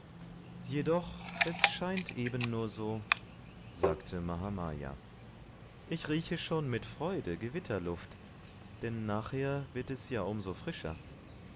jedoch es scheint eben nur so sagte mahamaya ich rieche schon mit freude gewitterluft denn nachher wird es ja um so frischer